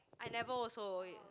I never also